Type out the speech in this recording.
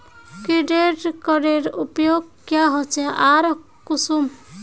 Credit कार्डेर उपयोग क्याँ होचे आर कुंसम?